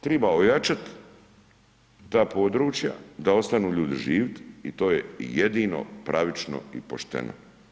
Treba ojačati ta područja da ostanu ljudi živjeti i to je jedino pravično i pošteno.